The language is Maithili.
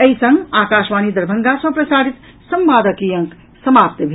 एहि संग आकाशवाणी दरभंगा सँ प्रसारित संवादक ई अंक समाप्त भेल